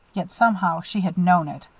yet, somehow, she had known it.